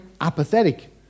apathetic